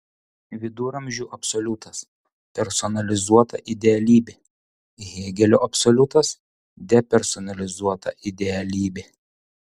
viduramžių absoliutas personalizuota idealybė hėgelio absoliutas depersonalizuota idealybė